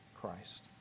Christ